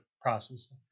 process